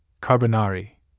Carbonari